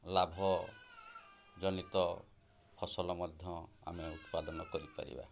ଲାଭ ଜନିତ ଫସଲ ମଧ୍ୟ ଆମେ ଉତ୍ପାଦନ କରିପାରିବା